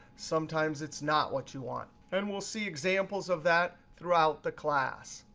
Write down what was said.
sometimes it's not what you want. and we'll see examples of that throughout the class.